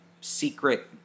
secret